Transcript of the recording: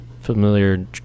familiar